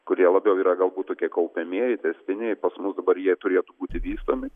kurie labiau yra galbūt tokie kaupiamieji tęstiniai pas mus dabar jie turėtų būti vystomi